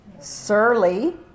surly